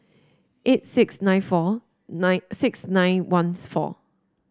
eight six nine four nine six nine one four